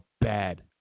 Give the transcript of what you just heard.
bad